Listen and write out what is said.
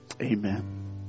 amen